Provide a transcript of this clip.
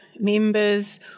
members